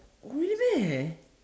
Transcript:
really meh